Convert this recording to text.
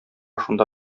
шунда